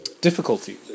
...difficulty